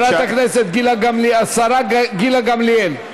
חברת הכנסת, השרה גילה גמליאל.